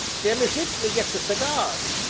them as its me gets a cigar!